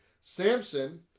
samson